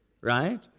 right